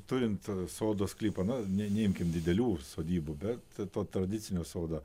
turint sodo sklypą na ne neimkit didelių sodybų bet to tradicinio sodo